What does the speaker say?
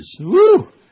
Woo